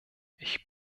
ich